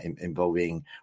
involving